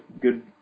good